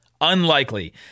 unlikely